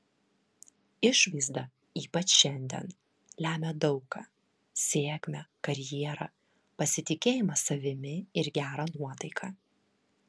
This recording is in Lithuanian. išvaizda ypač šiandien lemia daug ką sėkmę karjerą pasitikėjimą savimi ir gerą nuotaiką